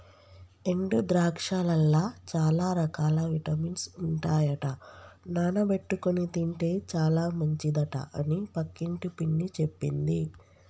ఎండు ద్రాక్షలల్ల చాల రకాల విటమిన్స్ ఉంటాయట నానబెట్టుకొని తింటే చాల మంచిదట అని పక్కింటి పిన్ని చెప్పింది